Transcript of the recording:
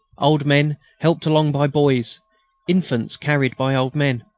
old men helped along by boys infants carried by old men.